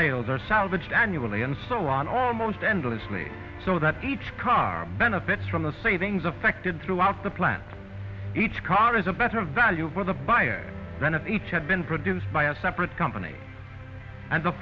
nails are salvaged annually and so on almost endlessly so that each car benefits from the savings affected throughout the plant each car is a better value for the buyer when it each had been produced by a separate company and the